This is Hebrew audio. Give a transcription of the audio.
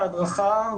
הערבית.